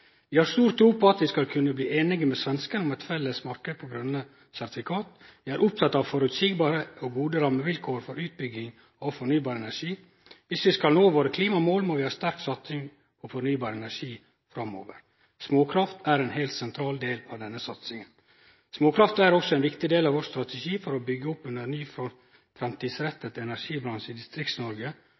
Vi har stor tro på at vi skal kunne bli enig med svenskene om et felles marked for grønne sertifikat. Vi er opptatt av forutsigbare og gode rammevilkår for utbygging av fornybar energi. Hvis vi skal nå våre klimamål må vi ha en sterk satsing på fornybar energi framover. Småkraft er en helt sentral del av denne satsingen. Småkraft er også en viktig del av vår strategi for å bygge opp en ny, framtidsretta energibransje i